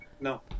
No